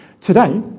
Today